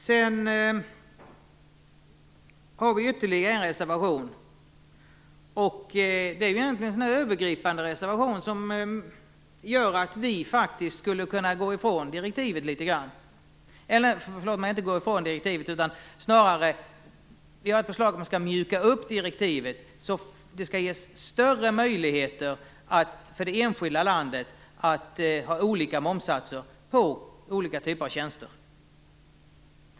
Vi har ytterligare en reservation. Det är egentligen en övergripande reservation med ett förslag som gör att vi faktiskt skulle kunna mjuka upp direktivet så att det skall ges större möjligheter för det enskilda landet att ha olika momssatser på olika typer av tjänster.